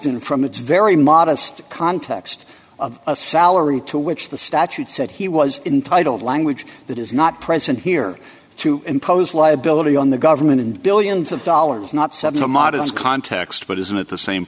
langston from its very modest context of salary to which the statute said he was entitled language that is not present here to impose liability on the government and billions of dollars not seven a modest context but isn't it the same